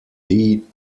three